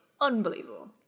unbelievable